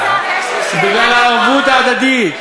ובגלל הערבות הדדית,